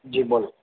જી બોલો